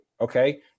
okay